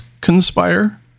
conspire